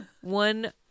one